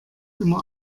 immer